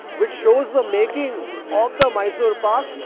which shows the making of the mysore pak.